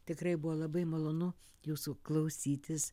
tikrai buvo labai malonu jūsų klausytis